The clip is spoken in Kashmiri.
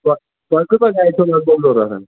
تۄہہِ تۅہہِ کۭژاہ جایہِ چھَو لٔکٕر ضروٗرت